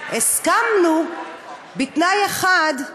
הסכמנו בתנאי אחד,